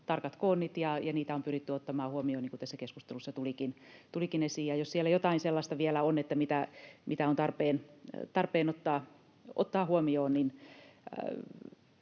tarkat koonnit ja niitä on pyritty ottamaan huomioon, niin kuin tässä keskustelussa tulikin esiin. Ja jos siellä jotain sellaista vielä on, mitä on tarpeen ottaa huomioon,